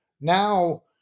Now